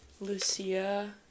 Lucia